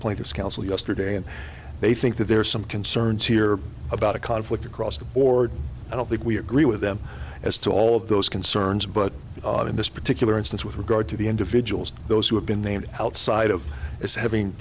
pointers counsel yesterday and they think that there are some concerns here about a conflict across the board i don't think we agree with them as to all those concerns but in this particular instance with regard to the individuals those who have been named outside of as having